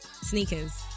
Sneakers